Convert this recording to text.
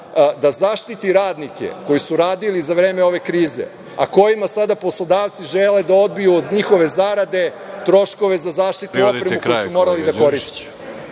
da zaštiti radnike koji su radili za vreme ove krize, a kojima sada poslodavci žele da odbiju od njihove zarade troškove za zaštitnu opremu koju su morali da koriste.